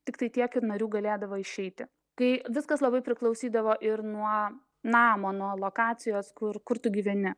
tiktai tiek ir narių galėdavo išeiti kai viskas labai priklausydavo ir nuo namo nuo lokacijos kur kur tu gyveni